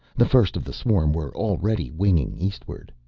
the first of the swarm were already winging eastward.